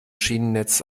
schienennetz